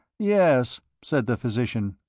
yes, said the physician.